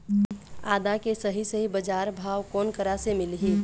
आदा के सही सही बजार भाव कोन करा से मिलही?